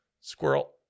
Squirrel